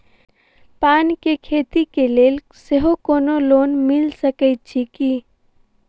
पान केँ खेती केँ लेल सेहो कोनो लोन मिल सकै छी की?